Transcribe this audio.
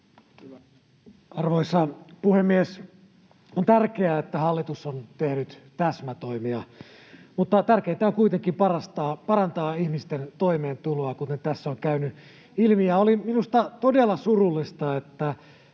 Arvoisa puhemies! On tärkeää, että hallitus on tehnyt täsmätoimia, mutta tärkeätä on kuitenkin parantaa ihmisten toimeentuloa, kuten tässä on käynyt ilmi. Minusta oli todella surullista,